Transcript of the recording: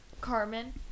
Carmen